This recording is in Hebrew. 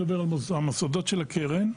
המוסדות של הקרן.